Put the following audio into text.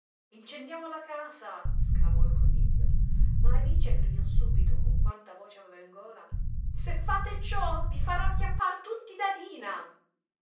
incendiamo la casa sclamò il coniglio ma alice gridò subito con quanta voce aveva in gola se fate ciò vi farò acchiappar tutti da dina